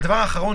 והדבר האחרון,